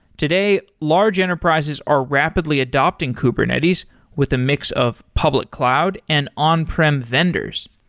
today, large enterprises are rapidly adapting kubernetes with a mix of public cloud and on-prem vendors.